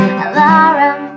alarm